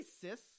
cis